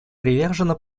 привержена